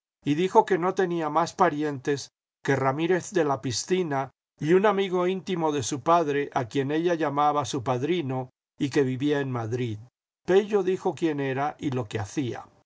y dijo que no tenía más parientes que ramírez de la piscina y un amigo íntimo de su padre a quien ella llamaba su padrino y que vivía en madrid pello dijo quién era y lo que hacía